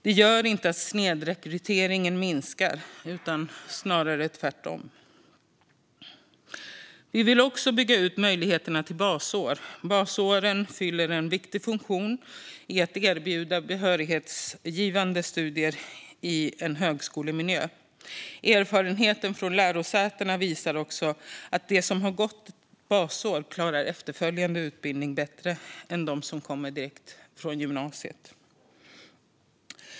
Det gör inte att snedrekryteringen minskar, snarare tvärtom. Vi vill bygga ut möjligheterna till basår. Basåren fyller en viktig funktion i att erbjuda behörighetsgivande studier i en högskolemiljö. Erfarenhet från lärosätena visar också att de som har gått ett basår klarar efterföljande utbildning bättre än de som kommer direkt från gymnasiet.